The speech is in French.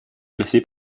classé